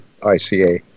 ICA